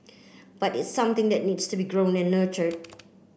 but it's something that need to be grown and nurtured